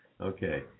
Okay